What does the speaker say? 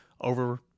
over